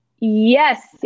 yes